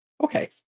Okay